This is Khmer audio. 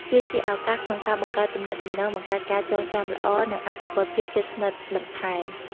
វាជាឱកាសក្នុងការបង្កើតទំនាក់ទំនង បង្កើតការចងចាំល្អ និងអភិវឌ្ឍភាពជិតស្និទ្ធបន្ថែម។